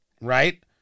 Right